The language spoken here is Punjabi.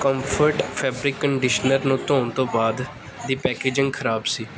ਕਮਫੋਰਟ ਫੈਬਰਿਕ ਕੰਡੀਸ਼ਨਰ ਨੂੰ ਧੋਣ ਤੋਂ ਬਾਅਦ ਦੀ ਪੈਕੇਜਿੰਗ ਖ਼ਰਾਬ ਸੀ